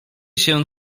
się